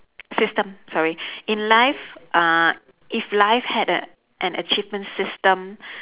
system sorry in life uh if life had a an achievement system